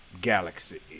galaxy